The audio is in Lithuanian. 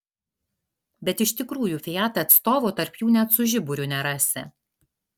bet iš tikrųjų fiat atstovo tarp jų net su žiburiu nerasi